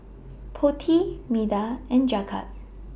Potti Medha and Jagat